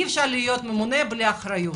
אי אפשר להיות ממונה בלי אחריות.